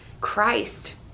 Christ